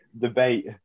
debate